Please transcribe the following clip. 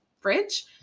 fridge